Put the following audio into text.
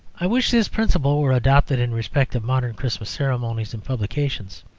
i wish this principle were adopted in respect of modern christmas ceremonies and publications.